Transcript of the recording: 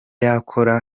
yakora